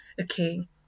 okay